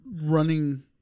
running